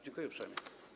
Dziękuję uprzejmie.